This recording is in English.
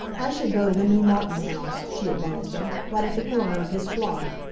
i should go to the new martin house, she advised him, right at the corner of this block.